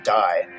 die